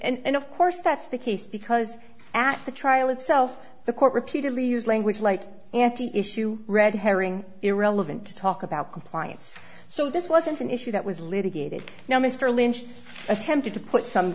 s and of course that's the case because at the trial itself the court repeatedly used language like issue red herring irrelevant to talk about compliance so this wasn't an issue that was litigated now mr lynch attempted to put some